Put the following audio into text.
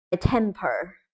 temper